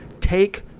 take